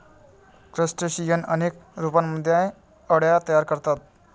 crustacean अनेक रूपांमध्ये अळ्या तयार करतात